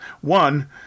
one